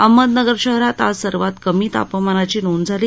अहमदनगर शहरात आज सर्वात कमी तापमानाची नोंद झाली